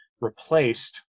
replaced